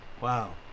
Wow